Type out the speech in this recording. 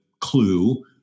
clue